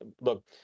look